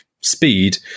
speed